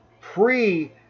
pre